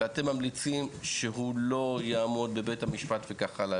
ואתם ממליצים שהוא לא יעמוד בבית המשפט וכך הלאה.